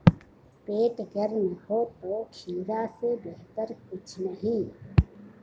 पेट गर्म हो तो खीरा से बेहतर कुछ नहीं